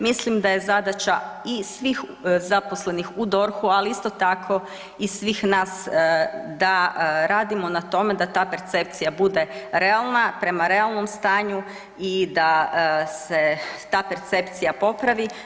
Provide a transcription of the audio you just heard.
Mislim da je zadaća i svih zaposlenih u DORH-u, ali isto tako i svih nas da radimo na tome da ta percepcija bude realna, prema realnom stanju i da se ta percepcija popravi.